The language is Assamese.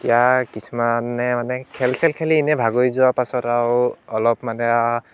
তেতিয়া কিছুমানে মানে খেল চেল খেলি ইনেই ভাগৰি যোৱাৰ পাছত আৰু আকৌ অলপ মানে আৰু